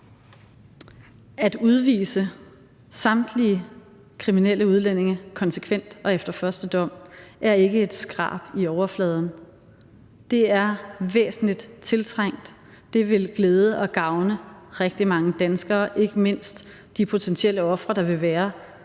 At udvise samtlige kriminelle udlændinge konsekvent og efter første dom er ikke et skrab i overfladen. Men det er væsentligt, tiltrængt, og det vil glæde og gavne rigtig mange danskere, ikke mindst de potentielle ofre, der vil være, når